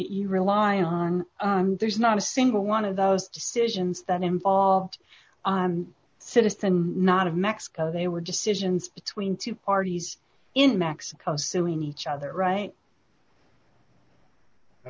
you rely on and there's not a single one of those decisions that involved a citizen not of mexico they were decisions between two parties in mexico suing each other right i